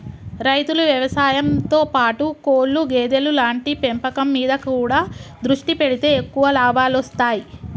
రైతులు వ్యవసాయం తో పాటు కోళ్లు గేదెలు లాంటి పెంపకం మీద కూడా దృష్టి పెడితే ఎక్కువ లాభాలొస్తాయ్